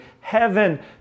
heaven